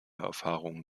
erfahrungen